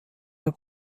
der